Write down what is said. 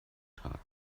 tag